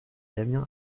damien